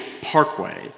Parkway